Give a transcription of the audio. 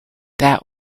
that